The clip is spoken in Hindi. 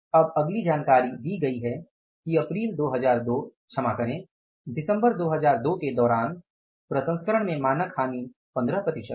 अब अगली जानकारी दी गई है कि अप्रैल 2002 क्षमा करे दिसंबर 2002 के दौरान प्रसंस्करण में मानक हानि 15 प्रतिशत है